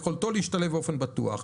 יכולתו להשתלב באופן בטוח,